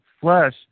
flesh